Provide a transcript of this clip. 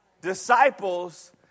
disciples